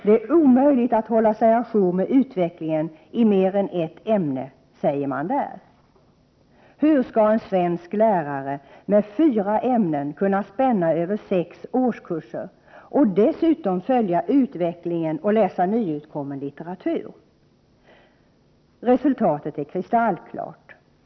Det är omöjligt att hålla sig å jour med utvecklingen i mer än ett ämne, säger man där. Hur skall då en svensk lärare med fyra ämnen kunna spänna över sex årskurser och dessutom följa utvecklingen och läsa nyutkommen litteratur? Resultatet är kristallklart.